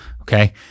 Okay